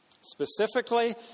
Specifically